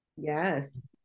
Yes